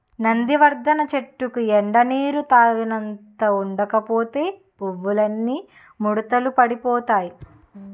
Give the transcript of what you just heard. నందివర్థనం చెట్టుకి ఎండా నీరూ తగినంత ఉండకపోతే పువ్వులన్నీ ముడతలు పడిపోతాయ్